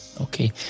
okay